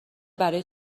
برای